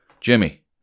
Jimmy